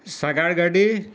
ᱥᱟᱜᱟᱲ ᱜᱟᱹᱰᱤ